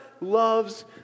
loves